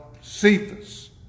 Cephas